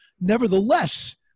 Nevertheless